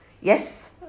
Yes